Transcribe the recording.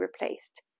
replaced